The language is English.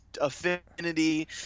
affinity